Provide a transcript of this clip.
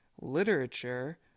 literature